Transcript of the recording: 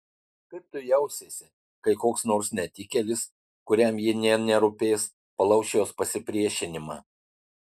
kaip tu jausiesi kai koks nors netikėlis kuriam ji nė nerūpės palauš jos pasipriešinimą